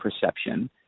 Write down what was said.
perception